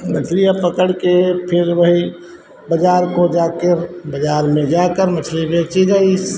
मछली अब पकड़कर फिर वही बाज़ार को जाकर बाज़ार में जाकर मछली बेची गई